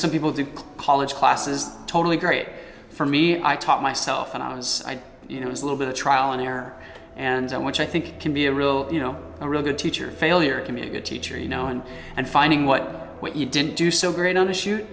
some people do college classes totally great for me i taught myself and i was you know it's a little bit of trial and error and which i think can be a real you know a really good teacher failure community a teacher you know and and finding what what you didn't do so great on the shoot